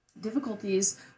difficulties